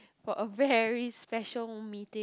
for a very special meeting